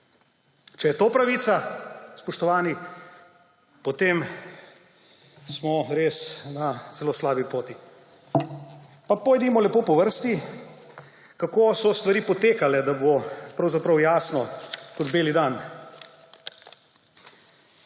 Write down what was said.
Če je to pravica, spoštovani, potem smo res na zelo slabi poti. Pa pojdimo lepo po vrsti, kako so stvari potekale, da bo pravzaprav jasno kot beli dan.